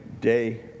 day